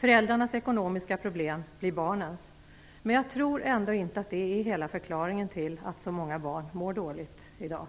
Föräldrarnas ekonomiska problem blir barnens. Men jag tror ändå inte att det är hela förklaringen till att så många barn mår dåligt i dag.